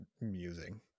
musing